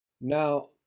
Now